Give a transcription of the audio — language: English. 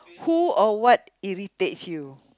who or what irritates you